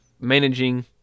managing